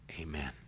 Amen